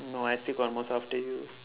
no I think I was after you